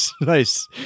Nice